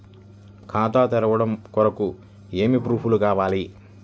ఖాతా తెరవడం కొరకు ఏమి ప్రూఫ్లు కావాలి?